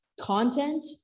content